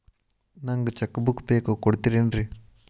ನಂಗ cheque book ಬೇಕು ಕೊಡ್ತಿರೇನ್ರಿ?